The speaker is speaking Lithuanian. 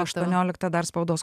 aštuoniolikta dar spaudos